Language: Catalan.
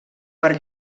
per